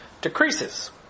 decreases